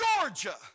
Georgia